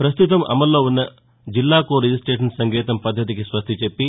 పస్తుతం అమల్లో ఉన్న జిల్లాకో రిజిస్టేషన్ సంకేతం పద్దతికి స్వస్తి చెప్పి